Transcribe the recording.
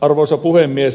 arvoisa puhemies